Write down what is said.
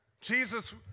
Jesus